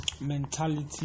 mentality